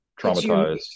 traumatized